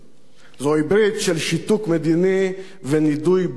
זוהי ברית של שיתוק מדיני ונידוי בין-לאומי.